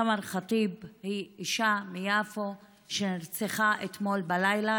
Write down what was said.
סמר ח'טיב היא אישה מיפו שנרצחה אתמול בלילה,